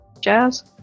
Jazz